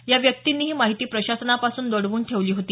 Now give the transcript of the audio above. या व्यक्तींनी ही माहिती प्रशासनापासून दडवून ठेवली होती